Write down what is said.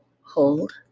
hold